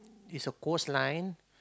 is a coastline